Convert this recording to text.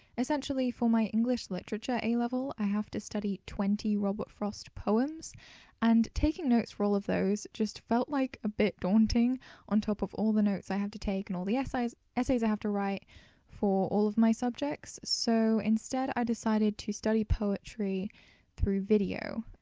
essentially for my english literature a level i have to study twenty robert frost poems and taking notes for all of those just felt like a bit daunting on top of all the notes i have to take and all the ess essays i have to write for all of my subjects. so instead i decided to study poetry through video.